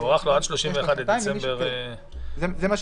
הוארך לו לשנתיים --- השלמנו